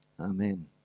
Amen